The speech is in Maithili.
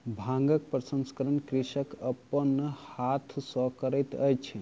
भांगक प्रसंस्करण कृषक अपन हाथ सॅ करैत अछि